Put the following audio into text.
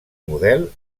model